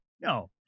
No